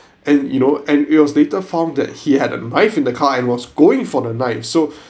and you know and it was later found that he had a knife in the car and was going for the knife so